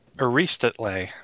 Aristotle